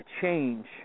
Change